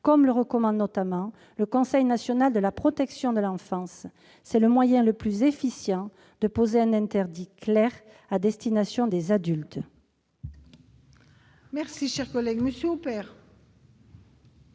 comme le recommande notamment le Conseil national de la protection de l'enfance. C'est le moyen le plus efficient pour poser un interdit clair à destination des adultes. La parole est à M.